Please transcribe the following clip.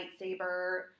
lightsaber